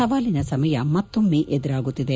ಸವಾಲಿನ ಸಮಯ ಮತ್ತೊಮ್ನ ಎದುರಾಗುತ್ತಿದೆ